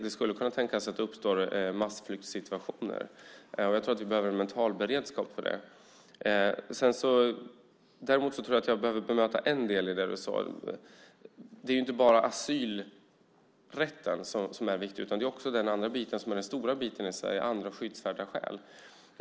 Man skulle kunna tänka sig att det uppstår massflyktsituationer. Jag tror att vi behöver en mental beredskap för det. Jag behöver bemöta en del i det du sade. Det är inte bara asylrätten som är viktig. Det gäller också den andra stora biten i Sverige som handlar om andra skyddsvärda skäl.